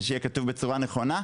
ושהוא יהיה כתוב בצורה נכונה.